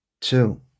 two